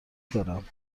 دارم